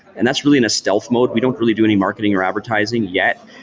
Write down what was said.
and that's really in a stealth mode. we don't really do any marketing or advertising yet.